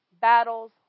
battles